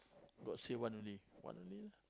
god say one only one only lah